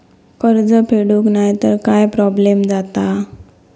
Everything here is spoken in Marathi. कर्ज फेडूक नाय तर काय प्रोब्लेम जाता?